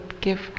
give